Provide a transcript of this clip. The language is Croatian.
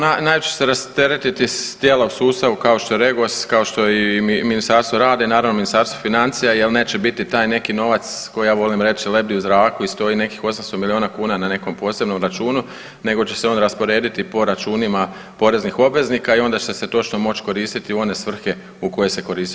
Pa naravno najviše će se rasteretiti tijela u sustavu kao što je REGOS, kao što je i Ministarstvo rada i naravno Ministarstvo financija jel neće biti taj neki novac koji ja volim reći lebdi u zraku i stoji nekih 800 milijuna kuna na nekom posebnom računu nego će se on rasporediti po računima poreznih obveznika i onda će se točno moć koristiti u one svrhe u koje se koristio.